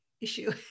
issue